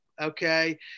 Okay